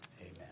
Amen